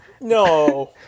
no